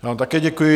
Já vám také děkuji.